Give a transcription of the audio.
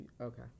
Okay